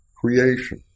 creation